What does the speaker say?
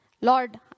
Lord